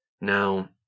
Now